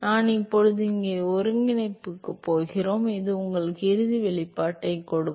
நான் இப்போது இங்கே ஒருங்கிணைப்புக்குப் போகிறேன் இது உங்களுக்கு இறுதி வெளிப்பாட்டைக் கொடுக்கும்